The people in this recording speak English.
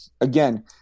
again